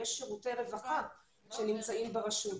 יש שירותי רווחה שנמצאים ברשות,